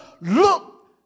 look